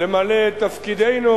למלא את תפקידנו,